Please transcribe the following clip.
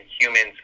humans